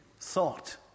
thought